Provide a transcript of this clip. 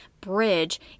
bridge